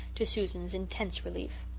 to susan's intense relief.